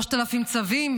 3,000 צווים,